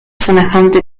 semejante